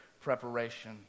Preparation